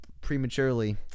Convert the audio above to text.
prematurely